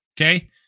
okay